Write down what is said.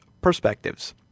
perspectives